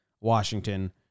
Washington